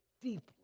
deeply